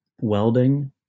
welding